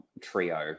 trio